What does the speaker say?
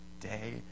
day